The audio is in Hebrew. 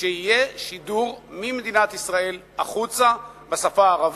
שיהיה שידור ממדינת ישראל החוצה בשפה הערבית,